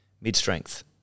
mid-strength